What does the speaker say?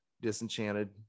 disenchanted